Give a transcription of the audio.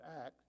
act